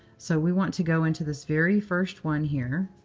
so we want to go into this very first one here.